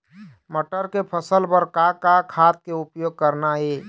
मटर के फसल बर का का खाद के उपयोग करना ये?